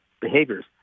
behaviors